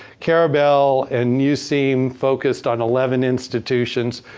karabel and useem focused on eleven institutions.